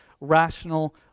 rational